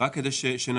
רק כדי שנבין,